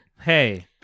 hey